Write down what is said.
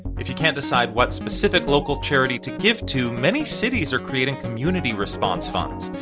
if you can't decide what specific local charity to give to, many cities are creating community response funds.